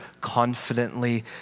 confidently